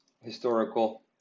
historical